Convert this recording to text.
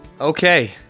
Okay